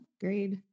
Great